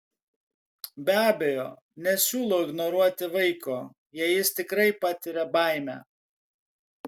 be abejo nesiūlau ignoruoti vaiko jei jis tikrai patiria baimę